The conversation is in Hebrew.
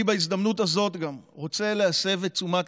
אני בהזדמנות הזאת גם רוצה להסב את תשומת